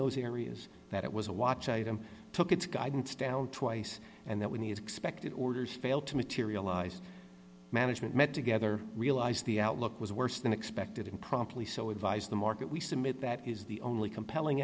those areas that it was a watch item took its guidance down twice and that we need expected orders failed to materialise management met together realized the outlook was worse than expected and promptly so advised the market we submit that is the only compelling